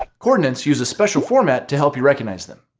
coordinates use a special format to help you recognize them.